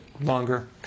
longer